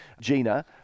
GINA